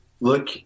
look